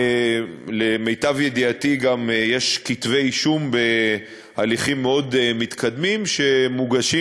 ולמיטב ידיעתי יש גם כתבי אישום בהליכים מאוד מתקדמים שמוגשים